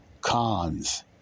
cons